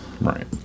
Right